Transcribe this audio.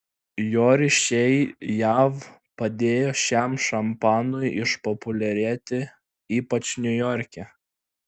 jo ryšiai jav padėjo šiam šampanui išpopuliarėti ypač niujorke